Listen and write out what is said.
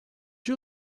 you